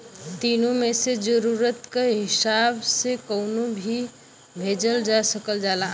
तीनो मे से जरुरत क हिसाब से कउनो भी भेजल जा सकल जाला